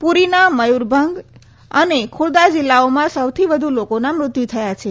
પુરીના મયુરભંજ અને ખુર્દા જિલ્લાઓમાં સૌથી વધુ લોકોના મૃત્યુ થયા છે